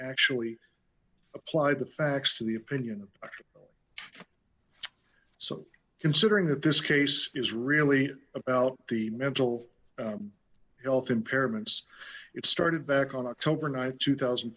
actually applied the facts to the opinion so considering that this case is really about the mental health impairments it started back on october th two thousand